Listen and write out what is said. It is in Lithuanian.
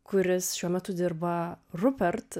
kuris šiuo metu dirba rupert